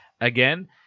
again